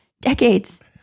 decades